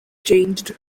changed